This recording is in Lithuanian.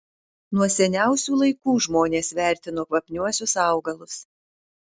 nuo seniausių laikų žmonės vertino kvapniuosius augalus